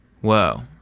Whoa